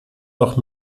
noch